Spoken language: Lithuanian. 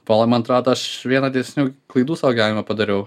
polai man atrodo aš vieną desnių klaidų savo gyvenime padariau